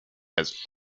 has